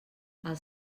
els